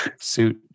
suit